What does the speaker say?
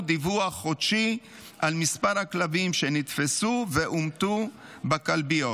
דיווח חודשי על מספר הכלבים שנתפסו והומתו בכלביות.